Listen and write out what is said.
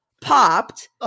popped